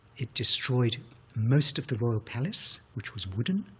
it destroyed most of the royal palace, which was wooden,